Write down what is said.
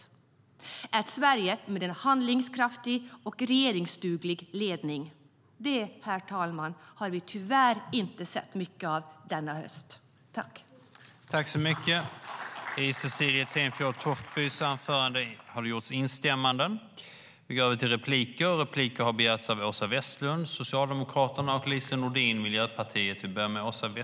Det behövs ett Sverige med en handlingskraftig och regeringsduglig ledning. Det, herr talman, har vi tyvärr inte sett mycket av denna höst.I detta anförande instämde Ann-Charlotte Hammar Johnsson, Hans Rothenberg och Jörgen Warborn , Anders Ahlgren och Said Abdu .